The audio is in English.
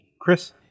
Chris